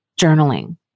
journaling